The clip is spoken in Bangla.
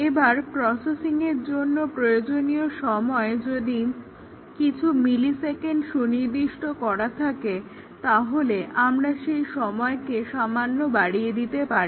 এবার প্রসেসিংয়ের জন্য প্রয়োজনীয় সময় যদি কিছু মিলিসেকেন্ড সুনির্দিষ্ট করা থাকে তাহলে আমরা সেই সময়কে থেকে সামান্য বাড়িয়ে দিতে পারি